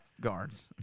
guards